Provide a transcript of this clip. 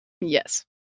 Yes